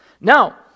Now